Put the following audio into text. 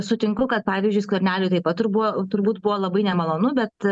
sutinku kad pavyzdžiui skverneliui taip pat ir buvo turbūt buvo labai nemalonu bet